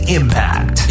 impact